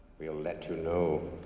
iwe'll let you know.